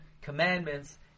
Commandments